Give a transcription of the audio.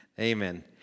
Amen